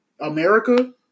America